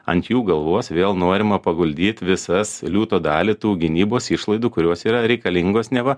ant jų galvos vėl norima paguldyt visas liūto dalį tų gynybos išlaidų kurios yra reikalingos neva